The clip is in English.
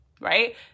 right